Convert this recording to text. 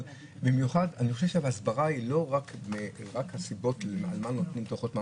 אני חושב שההסברה היא לא רק הסיבות על מה נותנים דוחות,